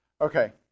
Okay